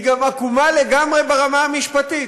היא עקומה לגמרי גם ברמה המשפטית.